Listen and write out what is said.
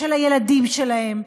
של הילדים שלהם,